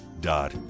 dot